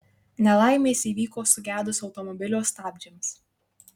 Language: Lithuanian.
nelaimės įvyko sugedus automobilio stabdžiams